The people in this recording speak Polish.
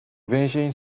więzień